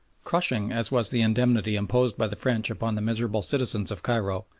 crushing as was the indemnity imposed by the french upon the miserable citizens of cairo,